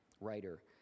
writer